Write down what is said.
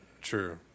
true